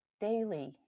daily